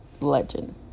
legend